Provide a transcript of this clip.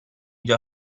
già